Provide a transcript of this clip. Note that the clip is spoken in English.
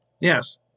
Yes